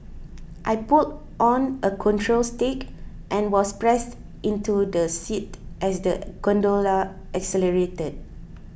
I pulled on a control stick and was pressed into the seat as the gondola accelerated